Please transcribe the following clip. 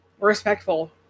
respectful